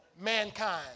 mankind